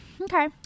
Okay